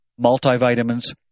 multivitamins